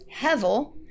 hevel